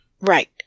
right